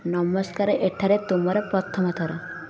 ନମସ୍କାର ଏଠାରେ ତୁମର ପ୍ରଥମ ଥର